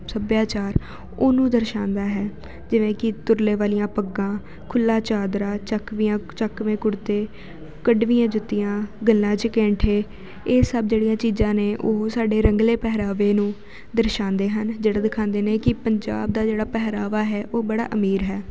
ਸੱਭਿਆਚਾਰ ਉਹਨੂੰ ਦਰਸਾਉਂਦਾ ਹੈ ਜਿਵੇਂ ਕਿ ਤੁਰਲੇ ਵਾਲੀਆਂ ਪੱਗਾਂ ਖੁੱਲ੍ਹਾ ਚਾਦਰਾ ਚੱਕਵੀਂਆਂ ਚਕਵੇਂ ਕੁੜਤੇ ਕੱਢਵੀਂਆਂ ਜੁੱਤੀਆਂ ਗਲਾਂ 'ਚ ਕੈਂਠੇ ਇਹ ਸਭ ਜਿਹੜੀਆਂ ਚੀਜ਼ਾਂ ਨੇ ਉਹ ਸਾਡੇ ਰੰਗਲੇ ਪਹਿਰਾਵੇ ਨੂੰ ਦਰਸਾਉਂਦੇ ਹਨ ਜਿਹੜਾ ਦਿਖਾਉਂਦੇ ਨੇ ਕਿ ਪੰਜਾਬ ਦਾ ਜਿਹੜਾ ਪਹਿਰਾਵਾ ਹੈ ਉਹ ਬੜਾ ਅਮੀਰ ਹੈ